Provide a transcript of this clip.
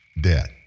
debt